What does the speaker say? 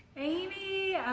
amy!